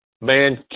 Man